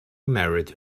married